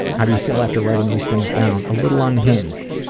how do you feel after writing these things down? a little unhinged.